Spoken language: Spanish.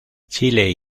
chile